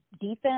defense